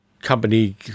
company